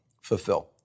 fulfill